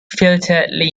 filtered